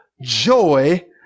joy